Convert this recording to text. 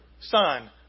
Son